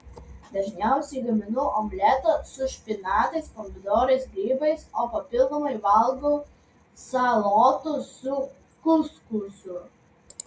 dažniausiai gaminu omletą su špinatais pomidorais grybais o papildomai valgau salotų su kuskusu